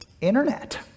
Internet